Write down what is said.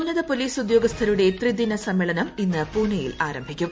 ഉന്നത പോലീസ് ഉദ്യോഗസ്ഥരുടെ ത്രിദിന സമ്മേളനം ഇന്ന് പൂനെയിൽ ആരംഭിക്കും